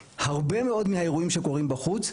הרבה מאוד מהאירועים שקורים בחוץ,